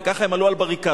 וכך הם עלו על בריקדות.